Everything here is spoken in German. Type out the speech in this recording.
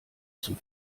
zum